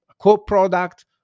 Co-product